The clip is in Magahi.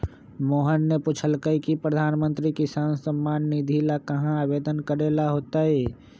मोहन ने पूछल कई की प्रधानमंत्री किसान सम्मान निधि ला कहाँ आवेदन करे ला होतय?